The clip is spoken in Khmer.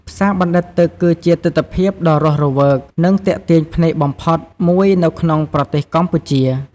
ផ្សារបណ្តែតទឹកគឺជាទិដ្ឋភាពដ៏រស់រវើក និងទាក់ទាញភ្នែកបំផុតមួយនៅក្នុងប្រទេសកម្ពុជា។